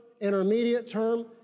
intermediate-term